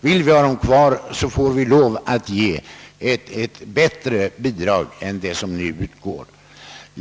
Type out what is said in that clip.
Vill vi ha dem kvar så får vi lov att ge ett större bidrag än som nu utgår.